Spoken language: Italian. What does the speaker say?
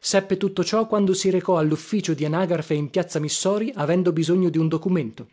seppe tutto ciò quando si recò allufficio di anagrafe in piazza missori avendo bisogno di un documento